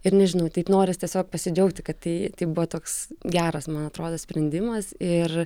ir nežinau taip noris tiesiog pasidžiaugti kad tai tai buvo toks geras man atrodo sprendimas ir